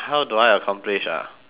how do I accomplish ah